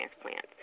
transplant